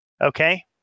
Okay